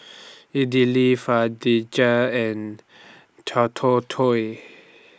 Idili and